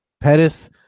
Pettis